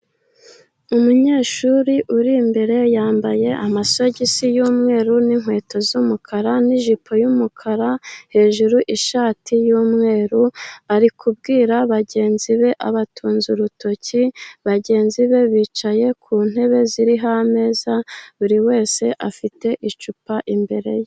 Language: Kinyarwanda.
Umunyeshuri uri imbere yambaye amasogisi y’umweru n’inkweto z’umukara, n'ijipo y’umukara, hejuru ishati y’umweru. Ari kubwira bagenzi be, abatunze urutoki, bagenzi be bicaye ku ntebe ziriho ameza, buri wese afite icupa imbere ye.